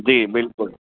जी बिल्कुलु